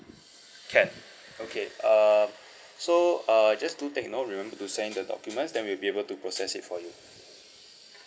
can okay um so uh just do take note remember to send in the documents then we'll be able to process it for you